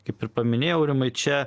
kaip ir paminėjau rimai čia